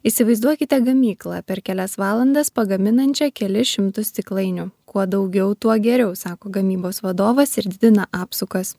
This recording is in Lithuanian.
įsivaizduokite gamyklą per kelias valandas pagaminančią kelis šimtus stiklainių kuo daugiau tuo geriau sako gamybos vadovas ir didina apsukas